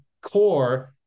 core